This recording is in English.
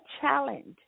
challenge